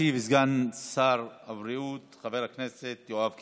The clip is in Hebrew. ישיב סגן שר הבריאות חבר הכנסת יואב קיש.